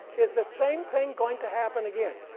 is the same thing going to happen again?